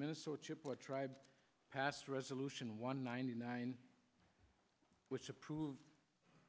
minnesota to put tribes past resolution one ninety nine which approved